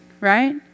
right